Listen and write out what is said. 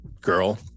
girl